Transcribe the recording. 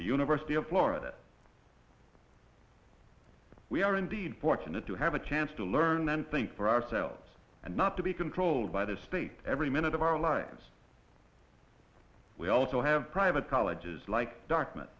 university of florida we are indeed fortunate to have a chance to learn and think for ourselves and not to be controlled by the state every minute of our lives we also have private colleges like documents